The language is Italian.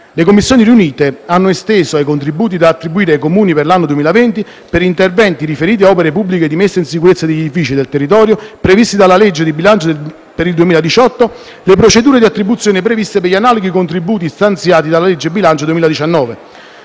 Le Commissioni riunite hanno esteso ai contributi, da attribuire ai Comuni per l'anno 2020 per interventi riferiti a opere pubbliche di messa in sicurezza degli edifici e del territorio previsti dalla legge di bilancio per il 2018, le procedure di attribuzione previste per gli analoghi contributi stanziati dalla legge di bilancio per